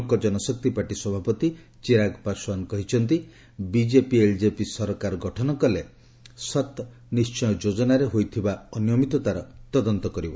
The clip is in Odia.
ଲୋକ ଜନଶକ୍ତି ପାର୍ଟି ସଭାପତି ଚିରାଗ୍ ପାଶ୍ୱାନ୍ କହିଛନ୍ତି ବିକେପି ଏଲ୍ଜେପି ସରକାର ଗଠନ କଲେ 'ସତ୍ ନିି୍୍ ୟ ଯୋଜନା'ରେ ହୋଇଥିବା ଅନିୟମିତତାର ତଦନ୍ତ କରିବ